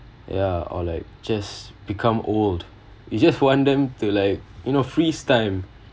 ya or like just become old you just want them to like you know freeze time